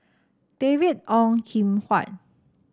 David Ong Kim Huat